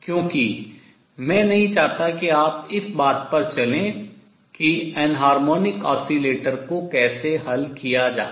क्योंकि मैं नहीं चाहता कि आप इस बात पर चलें कि एनाहार्मोनिक ऑसिलेटर को कैसे हल किया जाए